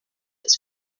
ist